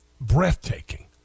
breathtaking